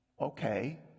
Okay